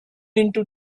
into